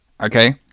Okay